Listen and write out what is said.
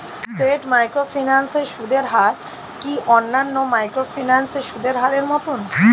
স্কেট microfinance এর সুদের হার কি অন্যান্য মাইক্রোফিন্যান্স এর সুদের হারের মতন?